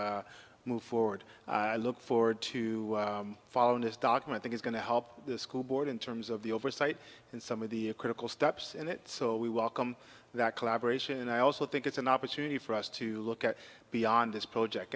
to move forward i look forward to following this document that is going to help the school board in terms of the oversight and some of the critical steps and it so we welcome that collaboration and i also think it's an opportunity for us to look at beyond this project